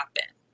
happen